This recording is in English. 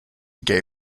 gay